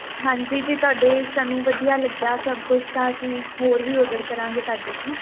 ਹਾਂਜੀ ਜੇ ਤੁਹਾਡੇ ਸਾਨੂੰ ਵਧੀਆ ਲੱਗਿਆ ਸਭ ਕੁਝ ਤਾਂ ਅਸੀਂ ਹੋਰ ਵੀ ਔਡਰ ਕਰਾਂਗੇ ਤੁਹਾਡੇ ਤੋਂ